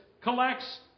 collects